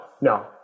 no